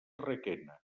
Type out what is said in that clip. requena